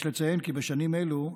יש לציין כי בשנים אלו,